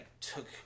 took